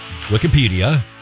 Wikipedia